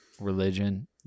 religion